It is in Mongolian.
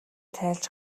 тайлж